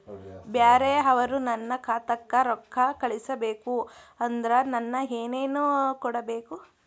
ಬ್ಯಾರೆ ಅವರು ನನ್ನ ಖಾತಾಕ್ಕ ರೊಕ್ಕಾ ಕಳಿಸಬೇಕು ಅಂದ್ರ ನನ್ನ ಏನೇನು ಕೊಡಬೇಕು?